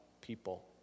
people